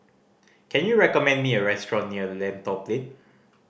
can you recommend me a restaurant near Lentor Plain